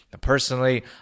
Personally